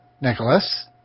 Nicholas